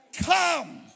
Come